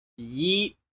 yeet